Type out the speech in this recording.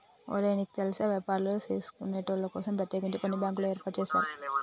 ఒరే నీకు తెల్సా వ్యాపారులు సేసుకొనేటోళ్ల కోసం ప్రత్యేకించి కొన్ని బ్యాంకులు ఏర్పాటు సేసారు